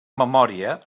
memòria